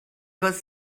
was